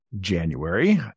January